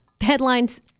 headlines